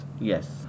Yes